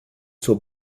zur